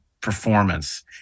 performance